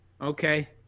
okay